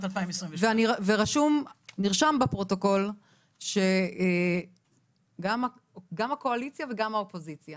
לשנת 2022. ונרשם בפרוטוקול שגם הקואליציה וגם האופוזיציה